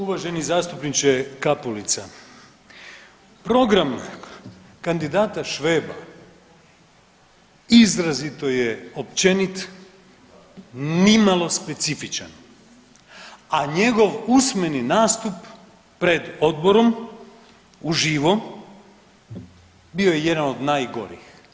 Uvaženi zastupniče Kapulica, program kandidata Šveba izrazito je općenit, ni malo specifičan, a njegov usmeni nastup pred odborom uživo bio je jedan od najgorih.